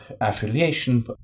affiliation